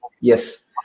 Yes